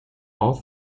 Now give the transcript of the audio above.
all